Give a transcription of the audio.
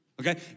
okay